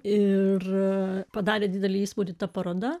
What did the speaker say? ir padarė didelį įspūdį ta paroda